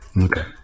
okay